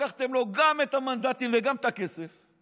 לקחתם לו גם את המנדטים וגם את הכסף,